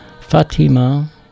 Fatima